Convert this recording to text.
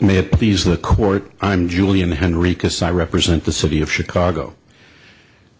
please the court i'm julian henryk aside represent the city of chicago